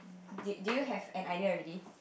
did do you have an idea already